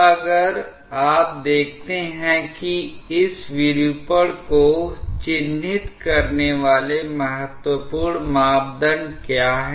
तो अब अगर आप देखते हैं कि इस विरूपण को चिह्नित करने वाले महत्वपूर्ण मापदण्ड क्या हैं